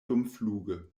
dumfluge